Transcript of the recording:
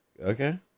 okay